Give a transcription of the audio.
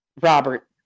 robert